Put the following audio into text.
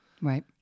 Right